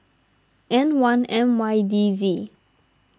N one M Y D Z